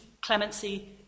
clemency